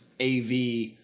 AV